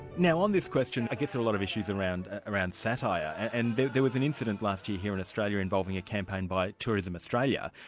now on this question, i guess there's a lot of issues around around satire, and there was an incident last year here in australia involving a campaign by tourism australia.